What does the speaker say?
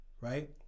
right